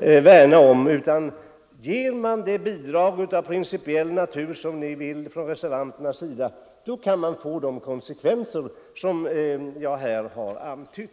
värnar om, utan ger man statsbidrag av principiell natur, som reservanterna föreslår, kan man få de konsekvenser som jag här har antytt.